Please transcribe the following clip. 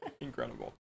Incredible